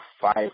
five